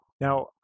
Now